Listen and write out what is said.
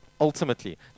ultimately